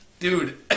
Dude